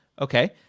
okay